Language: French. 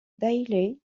dailly